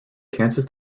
kansas